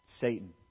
Satan